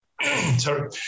sorry